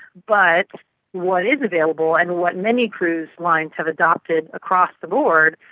but what is available and what many cruise lines have adopted across the board,